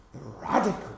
radical